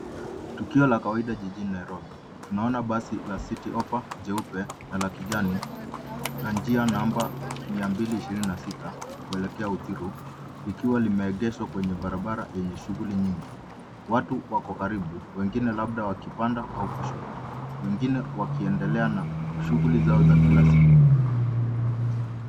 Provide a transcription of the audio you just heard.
Tukio la kawaida jijini Nairobi. Tunaona basi la citi hoppa jeupe na la kijani la njia namba mia mbili ishirini na sita kuelekea uthiru likiwa limeegeshwa kwenye barabara yenye shughuli nyingi. Watu wako karibu, wengine labda wakipanda au kushuka, wengine wakiendelea na shughuli zao za kila siku.